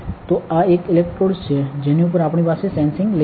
તો આ એક ઇલેક્ટ્રોડ છે જેની ઉપર આપણી પાસે સેન્સિંગ લેયર છે